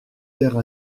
terre